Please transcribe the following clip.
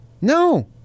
No